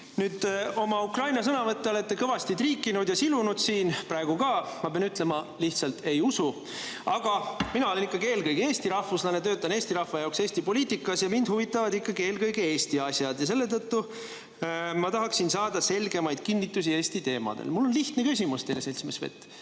Nüüd, oma Ukraina sõnavõtte olete kõvasti triikinud ja silunud siin praegu ka. Ma pean ütlema: lihtsalt ei usu. Aga mina olen ikkagi eelkõige eesti rahvuslane, töötan Eesti rahva jaoks Eesti poliitikas ja mind huvitavad eelkõige Eesti asjad, ja selletõttu ma tahaksin saada selgemaid kinnitusi Eesti teemadel. Mul on lihtne küsimus teile, seltsimees Svet.